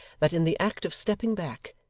that, in the act of stepping back,